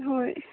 ꯍꯣꯏ